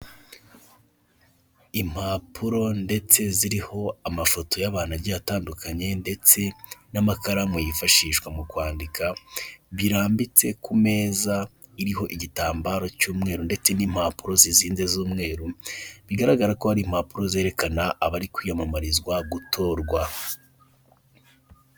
Impapuro ndetse ziriho amafoto y'abantuge atandukanye, ndetse n'amakaramu yifashishwa mu kwandika, birambitse ku meza iriho igitambaro cy'umweru ndetse n'impapuro zizinze z'umweru, bigaragara ko hari impapuro zerekana abari kwiyamamarizwa gutorwa.